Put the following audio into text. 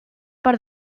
per